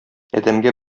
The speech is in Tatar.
адәмгә